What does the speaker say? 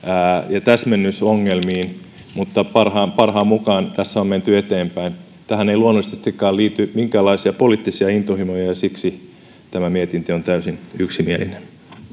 ja täsmennysongelmiin mutta parhaan parhaan mukaan tässä on menty eteenpäin tähän ei luonnollisestikaan liity minkäänlaisia poliittisia intohimoja ja ja siksi tämä mietintö on täysin yksimielinen